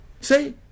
say